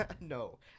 No